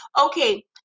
okay